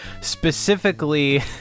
specifically